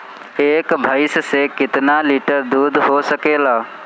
एक भइस से कितना लिटर दूध हो सकेला?